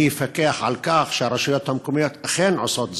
מי יפקח על כך שהרשויות המקומיות אכן עושות זאת?